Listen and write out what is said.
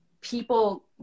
people